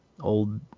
old